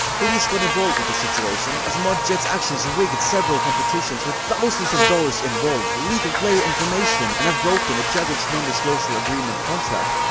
police got involved in the situation, as mod jeds actions rigged several competitions with thousands of dollars involved, leaked player information and have broken the jagex non disclosure agreement contract,